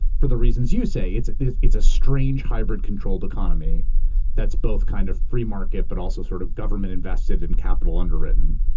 for the reasons you say. it's it's a strange hybrid controlled economy that's both kind of free market but also sort of government invested and capital underwritten,